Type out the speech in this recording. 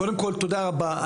קודם כל תודה רבה,